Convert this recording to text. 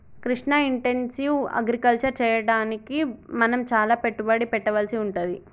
Krishna intensive agriculture చెయ్యడానికి మనం చాల పెట్టుబడి పెట్టవలసి వుంటది